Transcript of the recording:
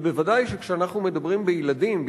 ובוודאי שכשאנחנו מדברים בילדים,